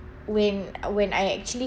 when when I actually